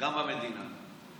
גם המדינה.